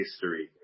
history